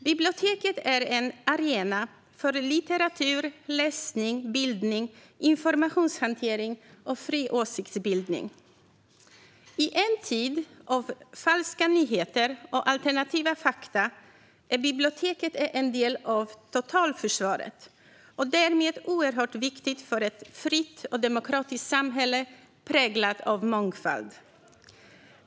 Biblioteket är en arena för litteratur, läsning, bildning, informationshantering och fri åsiktsbildning. I en tid av falska nyheter och alternativa fakta är biblioteket en del av totalförsvaret och därmed oerhört viktigt för ett fritt och demokratiskt samhälle präglat av mångfald.